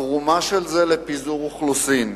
התרומה של זה, לפיזור אוכלוסין,